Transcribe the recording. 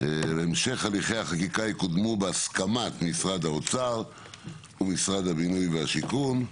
והמשך הליכי החקיקה יקודמו בהסכמת משרד האוצר ומשרד הבינוי והשיכון.